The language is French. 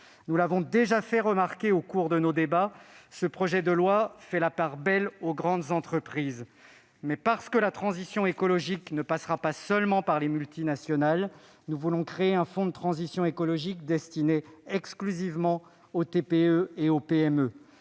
nous l'avons déjà fait remarquer au cours de nos débats, ce projet de loi fait la part belle aux grandes entreprises. Toutefois, parce que la transition écologique ne passera pas seulement par les multinationales, nous voulons créer un fonds de transition écologique destiné exclusivement aux TPE et aux PME.